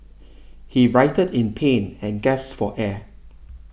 he writhed in pain and gasped for air